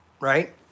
Right